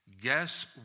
guess